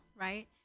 right